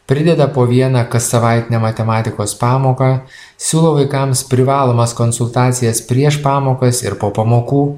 prideda po vieną kassavaitinę matematikos pamoką siūlo vaikams privalomas konsultacijas prieš pamokas ir po pamokų